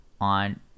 On